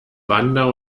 wander